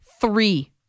three